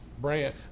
brand